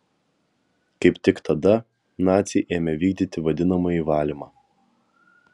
kaip tik tada naciai ėmė vykdyti vadinamąjį valymą